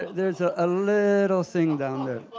there's a ah little thing down there.